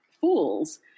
fools